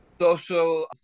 Social